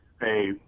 hey